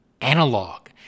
Analog